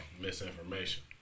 misinformation